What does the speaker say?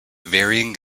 varying